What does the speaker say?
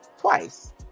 twice